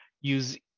use